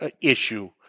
issue